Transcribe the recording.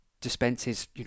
dispenses